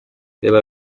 reba